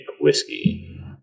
whiskey